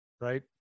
right